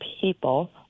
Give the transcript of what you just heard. people